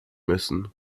müssen